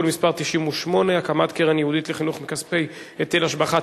מס' 98) (קרן ייעודית לחינוך מכספי היטל השבחה),